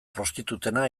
prostitutena